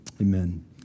Amen